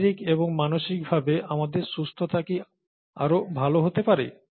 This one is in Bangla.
শারীরিক ও মানসিকভাবে আমাদের সুস্থতা কি আরও ভাল হতে পারে